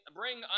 bring